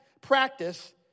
practice